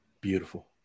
Beautiful